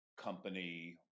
company